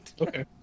Okay